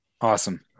Awesome